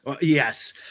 Yes